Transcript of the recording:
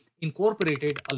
incorporated